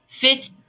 fifth